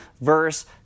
verse